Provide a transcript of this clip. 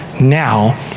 now